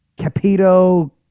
Capito